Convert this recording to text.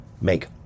make